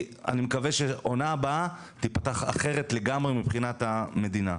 אני מקווה שהעונה הבאה תיפתח אחרת לגמרי מבחינת המדינה.